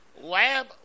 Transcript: lab